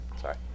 Sorry